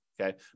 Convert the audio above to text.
Okay